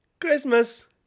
Christmas